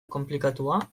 konplikatua